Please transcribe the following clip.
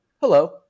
hello